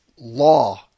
law